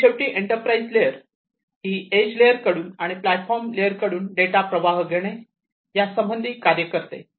आणि शेवटी enterprise layer ही एज लेअर कडून आणि प्लाटफोर्म लेअर कडून डेटा प्रवाह घेणे ह्यासंबंधी कार्य करते